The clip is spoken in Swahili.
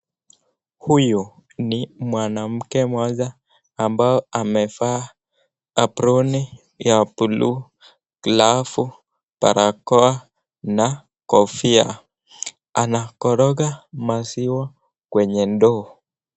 Huyu ni mwanamke mmoja ambaye amevaa aproni ya buluu, glavu, barakoa na kofia. Anakoroga maziwa kwenye ndoo.